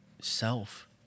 self